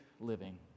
living